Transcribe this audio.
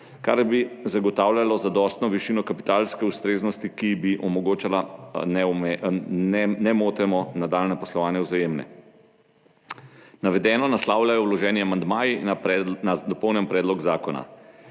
kar bi zagotavljalo zadostno višino kapitalske ustreznosti, ki bi omogočala nemoteno nadaljnje poslovanje Vzajemne. Navedeno naslavljajo vloženi amandmaji v dopolnjenem predlogu zakona.